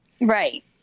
Right